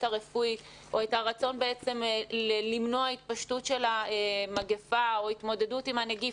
הרפואית או את הרצון בעצם למנוע התפשטות של המגיפה או התמודדות עם הנגיף,